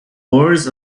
wars